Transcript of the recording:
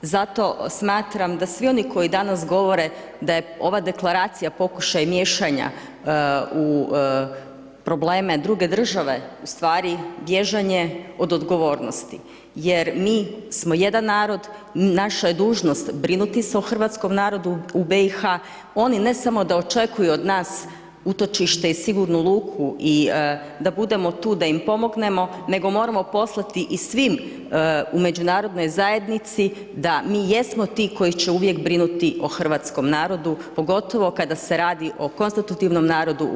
Zato smatram da svi oni koji danas govore da je ova Deklaracija pokušaj miješanja u probleme druge države, ustvari bježanje od odgovornosti, jer mi smo jedan narod, naša je dužnost brinuti se o hrvatskom narodu u BiH, oni ne samo da očekuju od nas utočište i sigurnu luku, i da budemo tu da im pomognemo, nego moramo poslati i svim u međunarodnoj zajednici da mi jesmo ti koji će uvijek brinuti o hrvatskom narodu, pogotovo kada se radi o konstitutivnom narodu u BiH.